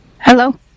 Hello